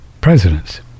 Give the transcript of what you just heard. presidents